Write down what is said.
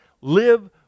Live